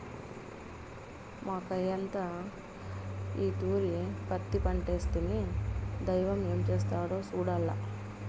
మాకయ్యంతా ఈ తూరి పత్తి పంటేస్తిమి, దైవం ఏం చేస్తాడో సూడాల్ల